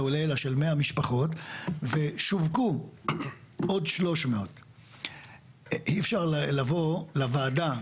ולעילא של 100 משפחות ושווקו עוד 300. אי אפשר לבוא לוועדה,